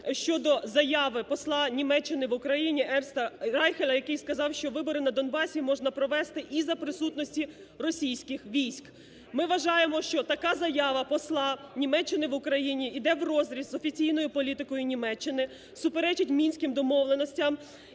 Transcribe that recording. щодо заяви посла Німеччини в Україні Ернста Райхеля, який сказав, що вибори на Донбасі можна провести і за присутності російських військ. Ми вважаємо, що така заява посла Німеччини в Україні іде врозріз з офіційною політикою Німеччини, суперечить Мінським домовленостям